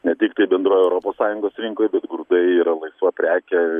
ne tik tai bendroj europos sąjungos rinkoj bet grūdai yra laisva prekė